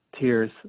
Tears